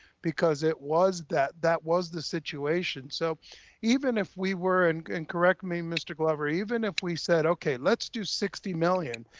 because it was that, that was the situation. so even if we were, and and correct me mr. glover, even if we said, okay, let's do sixty million.